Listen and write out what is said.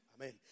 Amen